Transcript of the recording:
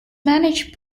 managed